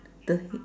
the